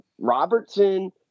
Robertson